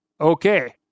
Okay